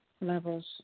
levels